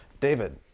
David